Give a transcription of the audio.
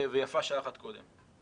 ויפה שעה אחת קודם.